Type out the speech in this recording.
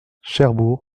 cherbourg